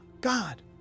God